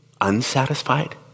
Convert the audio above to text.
unsatisfied